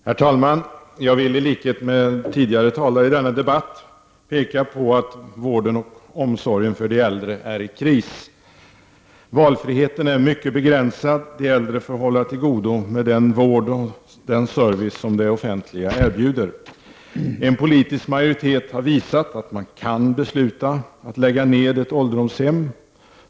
Herr talman! Jag vill i likhet med tidigare talare i denna debatt peka på att vården och omsorgen för de äldre är i kris. Valfriheten är mycket begränsad. De äldre får hålla till godo med den vård och den service som det offentliga erbjuder. En politisk majoritet har visat att man kan besluta att lägga ned ett ålderdomshem.